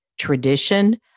Tradition